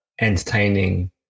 entertaining